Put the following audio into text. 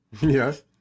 Yes